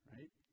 Right